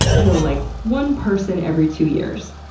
kill like one person every two years,